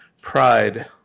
pride